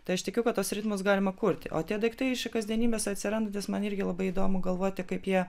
tai aš tikiu kad tuos ritmus galima kurti o tie daiktai iš kasdienybės atsirandantys man irgi labai įdomu galvoti kaip jie